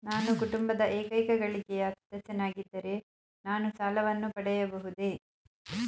ನಾನು ಕುಟುಂಬದ ಏಕೈಕ ಗಳಿಕೆಯ ಸದಸ್ಯನಾಗಿದ್ದರೆ ನಾನು ಸಾಲವನ್ನು ಪಡೆಯಬಹುದೇ?